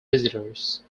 visitors